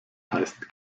heißt